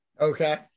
Okay